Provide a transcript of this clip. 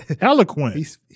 eloquent